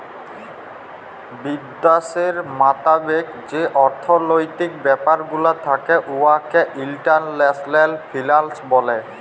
বিদ্যাশের মতাবেক যে অথ্থলৈতিক ব্যাপার গুলা থ্যাকে উয়াকে ইল্টারল্যাশলাল ফিল্যাল্স ব্যলে